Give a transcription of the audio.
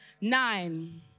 nine